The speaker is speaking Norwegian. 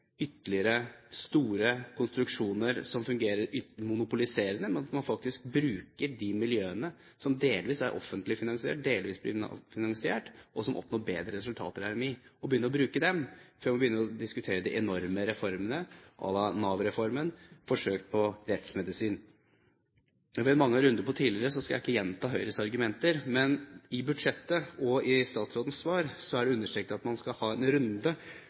ytterligere store konstruksjoner som monopoliserer dette, men at man faktisk begynner å bruke de miljøene som delvis er offentlig finansiert og delvis privat finansiert, og som oppnår bedre resultater enn RMI, før man begynner å diskutere enorme reformer à la Nav-reformen forsøkt på rettsmedisin. Det har vi hatt mange runder på tidligere, så jeg skal ikke gjenta Høyres argumenter, men i budsjettet og i statsrådens svar er det understreket at man skal ha en runde